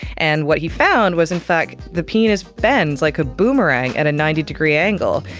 and what he found was in fact the penis bends like a boomerang at a ninety degree angle,